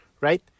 Right